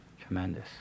tremendous